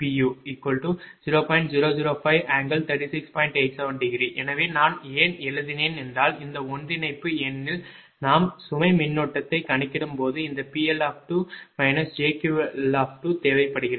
87° எனவே நான் ஏன் எழுதினேன் என்றால் இந்த ஒன்றிணைப்பு ஏனெனில் நாம் சுமை மின்னோட்டத்தை கணக்கிடும் போது இந்த PL2 jQL2தேவைப்படுகிறது